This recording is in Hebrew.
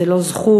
זה לא זכות,